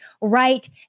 right